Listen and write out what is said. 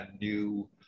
new